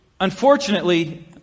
Unfortunately